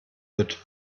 wird